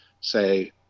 say